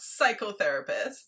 psychotherapist